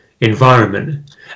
environment